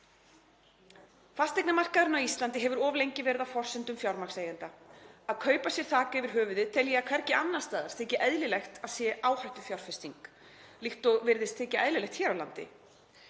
Fasteignamarkaðurinn á Íslandi hefur of lengi verið á forsendum fjármagnseigenda. Að kaupa sér þak yfir höfuðið tel ég að hvergi annars staðar þyki eðlilegt að sé áhættufjárfesting líkt og virðist þykja eðlilegt hér á landi.